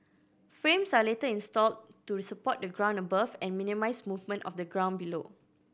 frames are later installed to support the ground above and minimise movement of the ground below